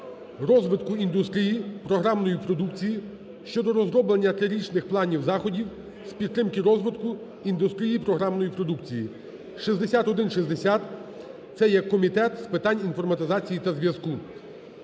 розвитку індустрії програмної продукції" щодо розроблення трирічних планів заходів з підтримки розвитку індустрії програмної продукції (6160). Це є Комітет з питань інформатизації та зв’язку.